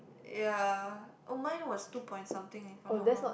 ya oh mine was two point something if I'm not wrong